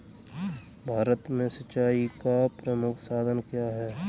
भारत में सिंचाई का प्रमुख साधन क्या है?